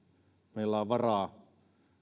meillä on varaa